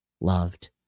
loved